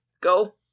go